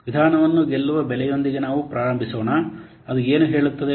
ವಿಧಾನವನ್ನು ಗೆಲ್ಲುವ ಬೆಲೆಯೊಂದಿಗೆ ನಾವು ಪ್ರಾರಂಭಿಸೋಣ ಅದು ಏನು ಹೇಳುತ್ತದೆ